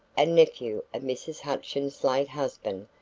a nephew of mrs. hutchins' late husband,